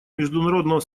международного